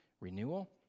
renewal